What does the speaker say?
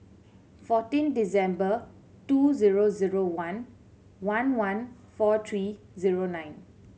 fourteen December two zero zero one one one four three zero nine